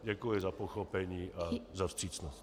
Děkuji za pochopení a za vstřícnost.